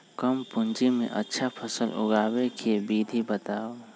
कम पूंजी में अच्छा फसल उगाबे के विधि बताउ?